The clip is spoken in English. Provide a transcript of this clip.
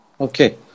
Okay